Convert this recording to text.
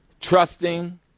trusting